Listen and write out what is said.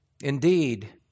Indeed